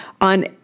on